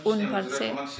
उनफारसे